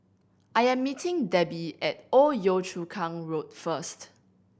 I am meeting Debi at Old Yio Chu Kang Road first